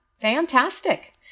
fantastic